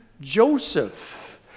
Joseph